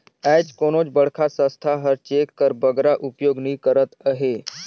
आएज कोनोच बड़खा संस्था हर चेक कर बगरा उपयोग नी करत अहे